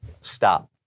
stop